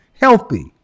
healthy